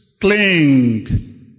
Cling